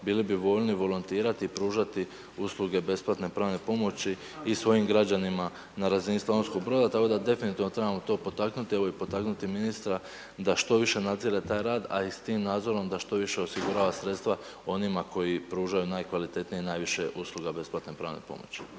bili bi voljni volontirati i pružati usluge besplatne pravne pomoći i svojim građanima na razini Slavonskog Broda tako da definitivno trebamo to potaknuti evo i potaknuti ministra da što više nadzire taj rad a i s tim nadzorom da što više osigurava sredstva onima koji pružaju nakvalitetnije i najviše usluga besplatne pravne pomoći.